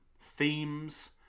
themes